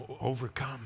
overcome